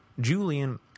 Julian